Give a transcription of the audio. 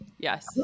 Yes